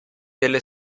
delle